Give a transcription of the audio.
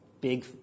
big